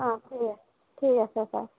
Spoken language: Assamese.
অঁ ঠিক আছে ঠিক আছে ছাৰ